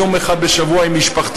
יום אחד בשבוע עם משפחתו.